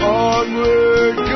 onward